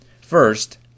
First